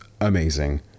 amazing